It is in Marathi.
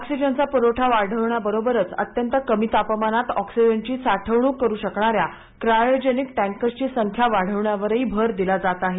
ऑक्सिजनचा पुरवठा वाढवण्या बरोबरच अत्यंत कमी तापमानात ऑक्सिजनची साठवणूक करू शकणाऱ्या क्रायोजेनिक टैंकर्सची संख्या वाढवण्यावरही भर दिला जात आहे